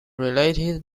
related